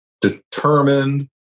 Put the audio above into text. determined